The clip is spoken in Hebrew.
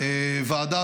הקמתי בחודש דצמבר ועדה